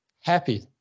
happy